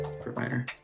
provider